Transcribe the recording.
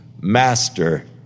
Master